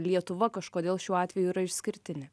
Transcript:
lietuva kažkodėl šiuo atveju yra išskirtinė